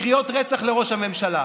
לקריאות לרצח ראש הממשלה?